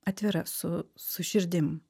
atvira su su širdim